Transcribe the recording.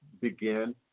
begin